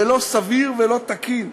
זה לא סביר ולא תקין.